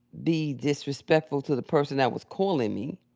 be disrespectful to the person that was calling me,